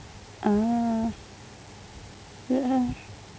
ah